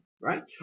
right